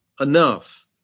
enough